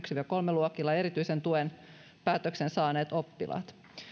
luokilla yksi viiva kolme ja erityisen tuen päätöksen saaneet oppilaat